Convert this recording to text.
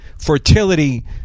fertility